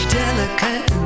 delicate